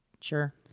sure